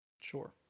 Sure